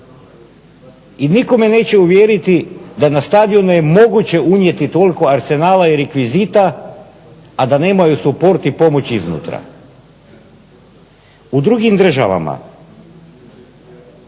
I nitko me neće uvjeriti da na stadione je moguće unijeti toliko arsenala i rekvizita, a da nemaju support i pomoć iznutra. U drugim državama